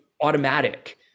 automatic